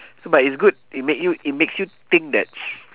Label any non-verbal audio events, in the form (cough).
so but is good it make you it makes you think that (noise)